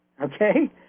okay